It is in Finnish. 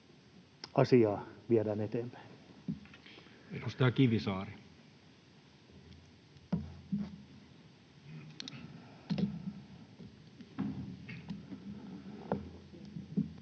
asiaa viedään eteenpäin.